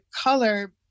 color